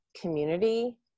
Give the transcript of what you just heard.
community